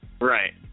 right